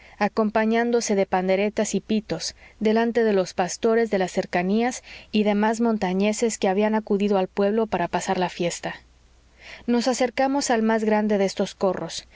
acompañándose de panderetas y pitos delante de los pastores de las cercanías y demás montañeses que habían acudido al pueblo para pasar la fiesta nos acercamos al más grande de estos corros